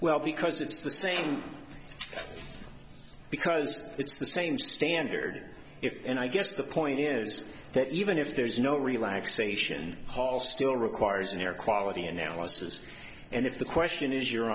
well because it's the same because it's the same standard if and i guess the point is that even if there is no relaxation hall still requires an air quality analysis and if the question is your